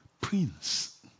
Prince